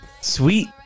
sweet